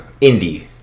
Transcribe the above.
Indie